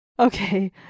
Okay